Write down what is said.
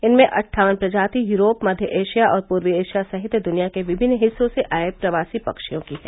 इनमें अट्ठावन प्रजाति यूरोप मध्य एशिया और पूर्वी एशिया सहित दुनिया के विभिन्न हिस्सों से आये प्रवासी पक्षियों की है